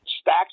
stacks